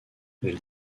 elle